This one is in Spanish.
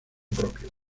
propio